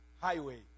highway